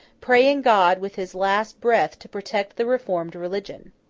praying god, with his last breath, to protect the reformed religion.